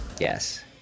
Yes